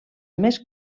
més